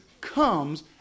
comes